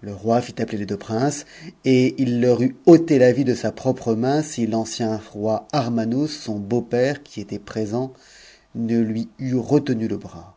le reste i appeler les deux princes t il leur eut ôtc la vie de sa propre main si l'ancien roi armanos son beau-père qui était présent le lui eût retenu le bras